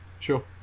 Sure